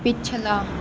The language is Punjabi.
ਪਿਛਲਾ